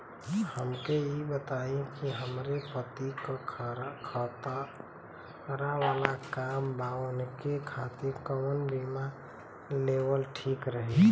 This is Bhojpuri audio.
हमके ई बताईं कि हमरे पति क खतरा वाला काम बा ऊनके खातिर कवन बीमा लेवल ठीक रही?